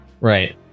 right